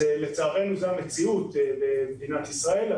זאת המציאות במדינת ישראל.